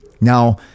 Now